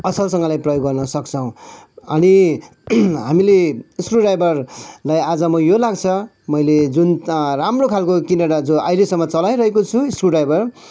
असलसँगले प्रयोग गर्न सक्छौँ अनि हामीले स्क्रुड्राइभरलाई आज म यो लाग्छ मैले जुन राम्रो खालको किनेर जो अहिलेसम्म चलाइरहेको छु स्क्रुड्राइभर